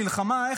מלחמה,